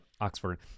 Oxford